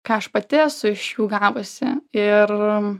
ką aš pati esu iš jų gavusi ir